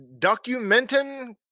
documenting